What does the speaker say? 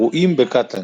אירועים בקטאן